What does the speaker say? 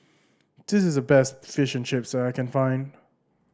this is the best Fish and Chips that I can find